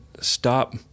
stop